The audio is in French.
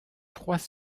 trois